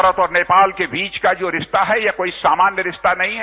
भारत और नेपाल के बीच का जो रिश्ता है ये कोई सामान्य रिश्ता नहीं है